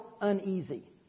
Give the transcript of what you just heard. uneasy